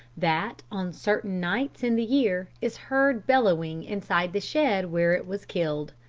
that, on certain nights in the year, is heard bellowing inside the shed where it was killed.